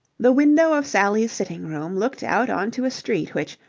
the window of sally's sitting-room looked out on to a street which,